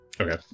Okay